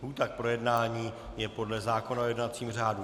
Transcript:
Lhůta k projednání je podle zákona o jednacím řádu.